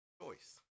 Choice